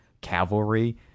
cavalry